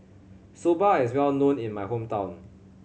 soba is well known in my hometown